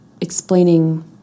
explaining